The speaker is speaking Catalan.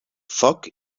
foc